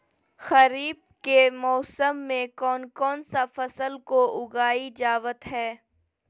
खरीफ के मौसम में कौन कौन सा फसल को उगाई जावत हैं?